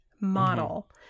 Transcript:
model